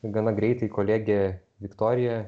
gana greitai kolegė viktorija